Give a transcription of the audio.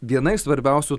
viena iš svarbiausių